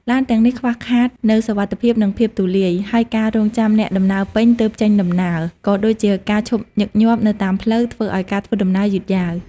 ឡានទាំងនេះខ្វះខាតនូវសុវត្ថិភាពនិងភាពទូលាយ ហើយការរង់ចាំអ្នកដំណើរពេញទើបចេញដំណើរ ក៏ដូចជាការឈប់ញឹកញាប់នៅតាមផ្លូវ ធ្វើឱ្យការធ្វើដំណើរយឺតយ៉ាវ។